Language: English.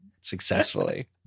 successfully